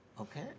Okay